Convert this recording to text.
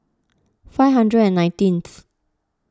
five hundred and nineteenth